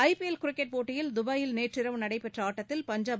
IPL cricket போட்டியில் துபாயில் நேற்றிரவு நடைபெற்ற ஆட்டடத்தில் பஞ்சாப்